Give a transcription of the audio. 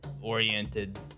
oriented